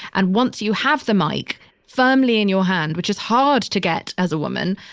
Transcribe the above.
and once you have the mic firmly in your hand, which is hard to get as a woman,